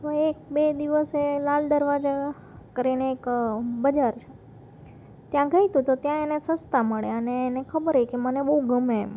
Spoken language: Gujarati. તો એક બે દિવસે લાલ દરવાજા કરીને એક બજાર છે તો ત્યાં ગઈ તો ત્યાં તેને સસ્તા મળે અને એને ખબર હોય કે મને બહુ ગમે એમ